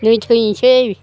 नै थैनोसै